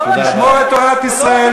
ישמור את תורת ישראל,